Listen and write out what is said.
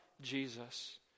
Jesus